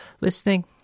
listening